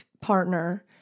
partner